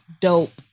dope